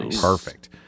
Perfect